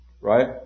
right